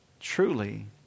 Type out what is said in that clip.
truly